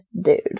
dude